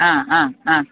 ആ ആ ആ